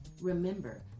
Remember